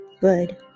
good